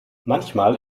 manchmal